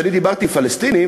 כשאני דיברתי עם פלסטינים,